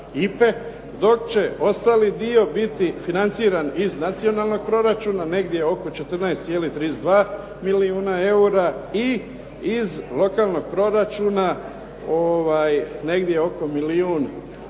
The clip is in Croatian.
dok će ostali dio biti financiran iz nacionalnog proračuna negdje oko 14,32 milijuna eura i iz lokalnog proračuna negdje oko milijun 1,3